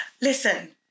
Listen